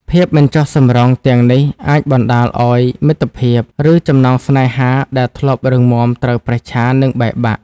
ភាពមិនចុះសម្រុងទាំងនេះអាចបណ្ដាលឲ្យមិត្តភាព ឬចំណងស្នេហាដែលធ្លាប់រឹងមាំត្រូវប្រេះឆា និងបែកបាក់។